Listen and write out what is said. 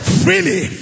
freely